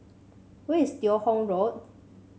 where is Teo Hong Road